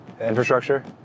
infrastructure